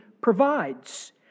provides